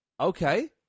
Okay